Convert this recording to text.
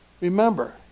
Remember